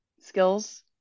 skills